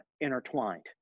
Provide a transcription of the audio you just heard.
intertwined